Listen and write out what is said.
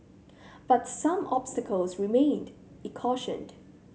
but some obstacles remained cautioned